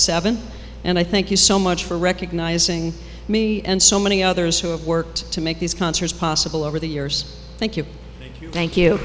seven and i thank you so much for recognizing me and so many others who have worked to make these concerts possible over the years thank you thank you